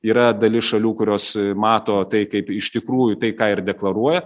yra dalis šalių kurios mato tai kaip iš tikrųjų tai ką ir deklaruoja